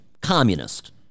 communist